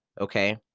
Okay